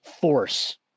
force